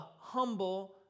humble